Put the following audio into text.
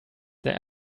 their